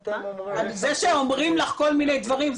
זה שאומרים לך כל מיני דברים,